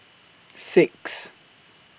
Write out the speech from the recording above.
six